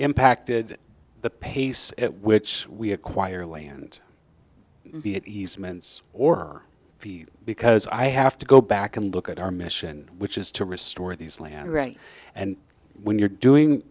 impacted the pace at which we acquire land be it easements or because i have to go back and look at our mission which is to restore these land rights and when you're doing